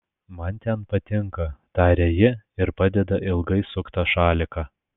man ten patinka taria ji ir padeda ilgai suktą šaliką